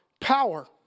power